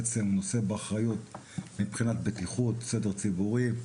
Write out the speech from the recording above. צד בעצם נושא באחריות מבחינת בטיחות וסדר ציבורי.